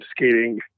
skating